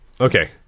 okay